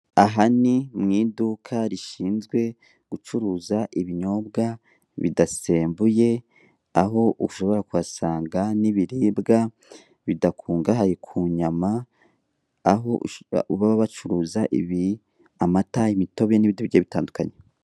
Aha ni mu iduka rishinzwe gucuruza ibinyobwa bidasembuye, aho ushobora kuhasanga n'ibiribwa bidakungahaye ku nyama, aho baba bacuruza ibi: amata, imitobe n'ibitoke bitandukanye.